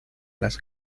las